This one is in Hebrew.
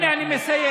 הינה, אני מסיים.